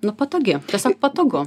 nu patogi tiesiog patogu